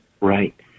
Right